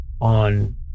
on